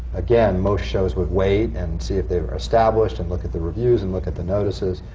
again, most shows would wait and see if they're established and look at the reviews and look at the notices.